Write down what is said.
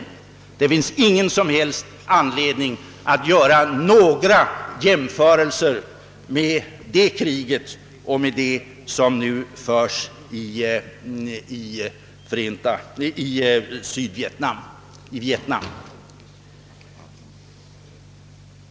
Men det finns ingen som helst anledning att göra jämförelser mellan det kriget och det som nu föres i Vietnam.